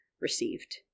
received